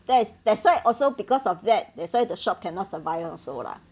that's that's why also because of that that's why the shop cannot survive also lah